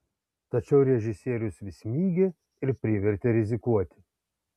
tačiau režisierius vis mygė ir privertė rizikuoti